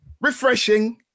refreshing